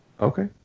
Okay